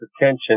attention